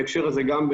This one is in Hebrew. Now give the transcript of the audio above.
בהקשר הזה גם,